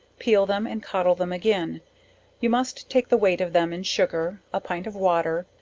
peel them and coddle them again you must take the weight of them in sugar, a pint of water,